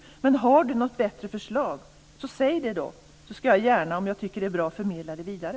Om Ingvar Eriksson har något bättre förslag så säg det! Om jag tycker att det är bra ska jag gärna förmedla det vidare.